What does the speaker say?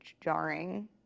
jarring